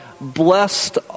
blessed